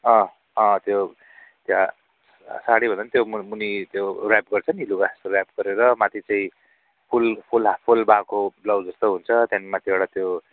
अँ अँ त्यो त्यहाँ साडीभन्दा पनि त्यो मु मुनि त्यो ऱ्याप गर्छ नि लुगा त्यो ऱ्याप गरेर माथि चाहिँ फुल फुल भा भएको ब्लाउज जस्तो हुन्छ त्यहाँदेखि माथिबाट त्यो